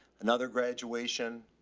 another graduation.